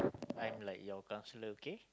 I am like your counsellor okay